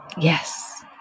Yes